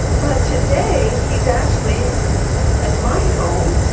but today he's actually at my home.